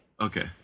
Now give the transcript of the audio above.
Okay